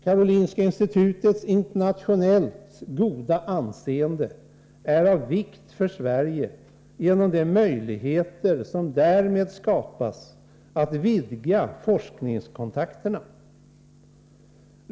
Karolinska institutets internationellt goda anseende är av vikt för Sverige genom de möjligheter som därmed skapas att vidga forskningskontakterna.